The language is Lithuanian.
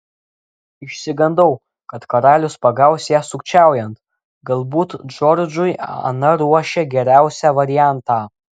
išsigandau kad karalius pagaus ją sukčiaujant galbūt džordžui ana ruošė geriausią variantą